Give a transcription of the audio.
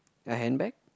her handbag